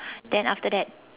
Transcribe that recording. then after that